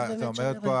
כי אומרת פה